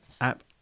app